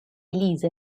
lisa